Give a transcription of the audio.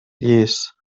llis